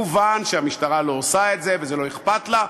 מובן שהמשטרה לא עושה את זה וזה לא אכפת לה,